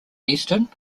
eastern